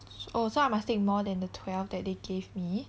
oh so I must take more than the twelve that they gave me